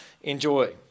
enjoy